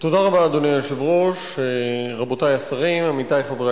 לא יאשר מינוי של מי שהורשע בעבירה